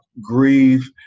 grieve